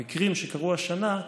המקרים שקרו השנה,